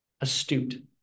astute